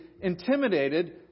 intimidated